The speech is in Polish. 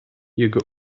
jego